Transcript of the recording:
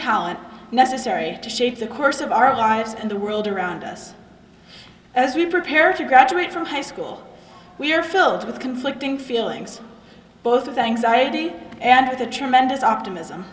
talent necessary to shape the course of our lives and the world around us as we prepare to graduate from high school we are filled with conflicting feelings both of anxiety and of the tremendous optimism